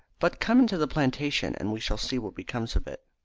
but come into the plantation and we shall see what becomes of it.